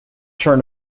turn